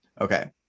Okay